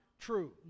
true